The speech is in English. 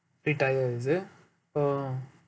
retire is it oh